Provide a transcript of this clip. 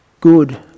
good